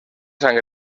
sant